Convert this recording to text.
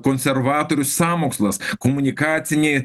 konservatorių sąmokslas komunikaciniai